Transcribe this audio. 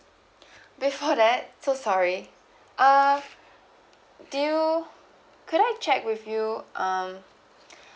before that so sorry uh do you could I check with you um